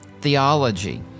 theology